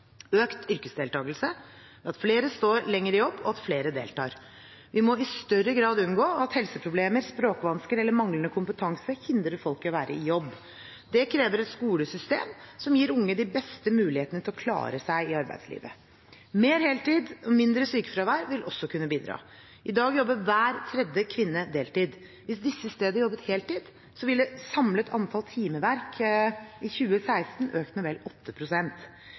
Økt yrkesdeltakelse ved at flere står lenger i jobb, og at flere deltar – vi må i større grad unngå at helseproblemer, språkvansker eller manglende kompetanse hindrer folk i å være i jobb. Det krever et skolesystem som gir unge de beste mulighetene til å klare seg i arbeidslivet. Mer heltid og mindre sykefravær vil også kunne bidra. I dag jobber hver tredje kvinne deltid. Hvis disse i stedet jobbet heltid, ville samlet antall timeverk i 2016 økt med vel